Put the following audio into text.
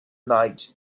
night